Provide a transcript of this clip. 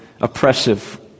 oppressive